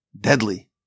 deadly